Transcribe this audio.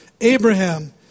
abraham